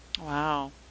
wow